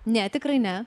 ne tikrai ne